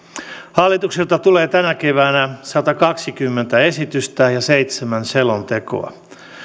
hallitukselta tulee tänä keväänä satakaksikymmentä esitystä ja seitsemän selontekoa